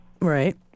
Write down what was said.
Right